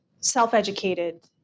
self-educated